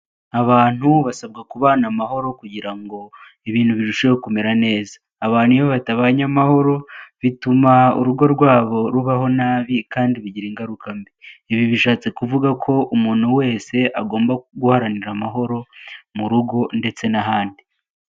Abantu basabwa kubana amahoro kugira ngo ibintu birusheho kumera neza, abantu iyo batabanye amahoro bituma urugo rwabo rubaho nabi kandi bigira ingaruka mbi, ibi bishatse kuvuga ko umuntu wese agomba guharanira amahoro mu rugo ndetse n'ahandi.